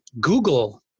Google